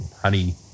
honey